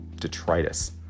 detritus